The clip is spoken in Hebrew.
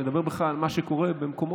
לדבר על מה שקורה במקומות,